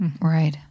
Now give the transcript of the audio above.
Right